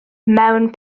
mewn